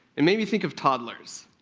it made me think of toddlers.